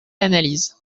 l’analyse